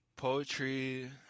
Poetry